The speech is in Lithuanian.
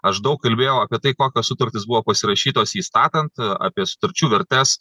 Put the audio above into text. aš daug kalbėjau apie tai kokios sutartys buvo pasirašytos jį statant apie sutarčių vertes